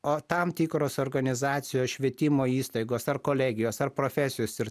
o tam tikros organizacijos švietimo įstaigos ar kolegijos ar profesijos ir